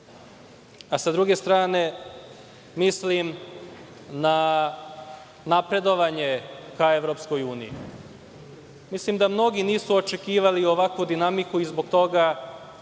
a sa druge strane mislim i na napredovanje ka EU. Mislim da mnogi nisu očekivali ovakvu dinamiku i zbog toga